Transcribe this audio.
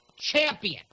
champion